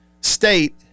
State